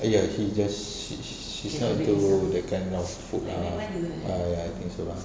ya he just she's not into that kind of food lah I I think so lah